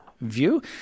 view